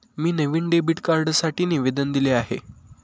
मी नवीन डेबिट कार्डसाठी निवेदन दिले आहे